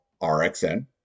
RXN